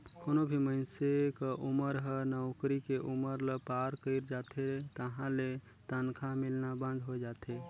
कोनो भी मइनसे क उमर हर नउकरी के उमर ल पार कइर जाथे तहां ले तनखा मिलना बंद होय जाथे